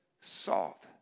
salt